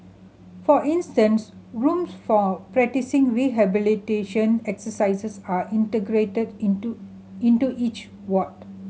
for instance rooms for practising rehabilitation exercises are integrated into into each ward